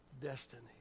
destiny